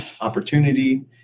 opportunity